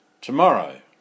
Tomorrow